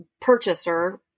purchaser